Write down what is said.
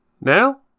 Now